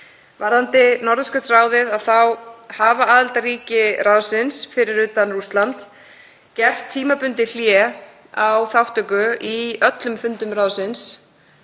Varðandi Norðurskautsráðið þá hafa aðildarríki ráðsins, fyrir utan Rússland, gert tímabundið hlé á þátttöku í öllum fundum ráðsins